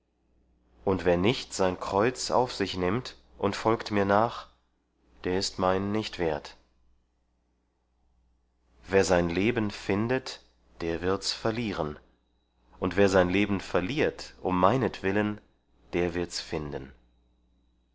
und wer nicht sein kreuz auf sich nimmt und folgt mir nach der ist mein nicht wert wer sein leben findet der wird's verlieren und wer sein leben verliert um meinetwillen der wird's finden